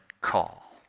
call